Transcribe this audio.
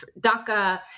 DACA